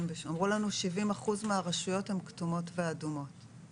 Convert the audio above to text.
אמרנו לנו ש-70 אחוזים מהרשויות הן אדומות וכתומות.